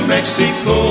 Mexico